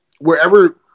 wherever